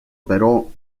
però